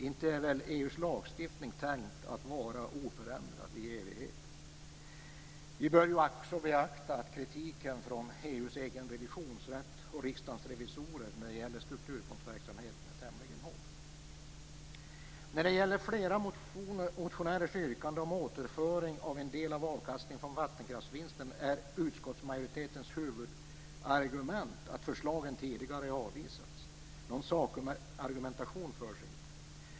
Inte är det väl tänkt att EU:s lagstiftning skall vara oförändrad i evighet? Vi bör också beakta att kritiken från EU:s egen revisionsrätt och Riksdagens revisorer av strukturfondsverksamheten är tämligen hård. När det gäller yrkandena från flera motionärer om återföring av en del av avkastningen från vattenkraftsvinster är utskottsmajoritetens huvudargument att förslagen tidigare avvisats. Någon sakargumentation förs inte.